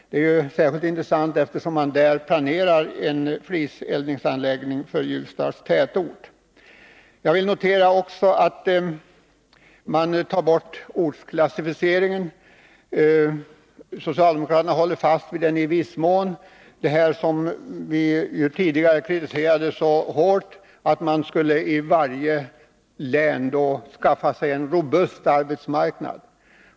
Detta är intressant eftersom man i Ljusdal planerar en fliseldningsanläggning för Ljusdals tätort. Man tar bort ortsklassificeringen. Socialdemokraterna håller fast vid den i viss mån. Vi har tidigare hårt kritiserat att man i varje län skulle skaffa sig en ”s.k. robust arbetsmarknad”.